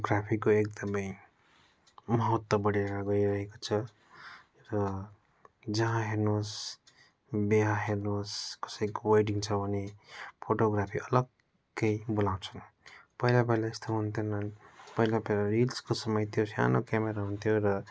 फोटोग्राफीको एकदमै महत्त्व बढेर गइरहेको छ र जहाँ हेर्नुहोस् बिहा हेर्नुहोस् कसैको वेडिङ छ भने फोटोग्राफी अलग्गै बोलाउँछन् पहिला पहिला यस्तो हुन्थेन पहिला पहिला रिल्सको समय थियो सानो क्यामेरा हुन्थ्यो र